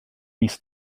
mis